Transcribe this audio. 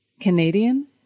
Canadian